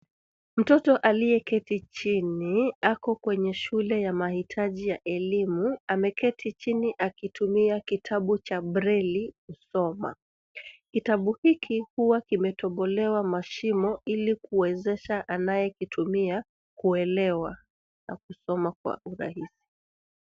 Mtoto aliyeketi chini ako kwenye shule ya mahitaji ya elimu, ameketi chini akitumia kitabu cha braille kusoma. Kitabu hiki huwa kimetobolewa mashimo ili kuwezesha anayeitumia kuelewa na kusoma kwa urahisi.